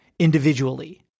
individually